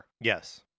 Yes